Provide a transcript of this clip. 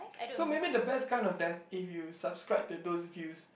so maybe the best kind of die if you subscribe to those views